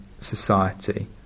society